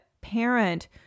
parent